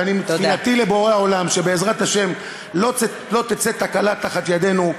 תפילתי לבורא עולם שבעזרת השם לא תצא תקלה מתחת ידינו,